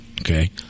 okay